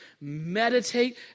meditate